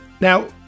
Now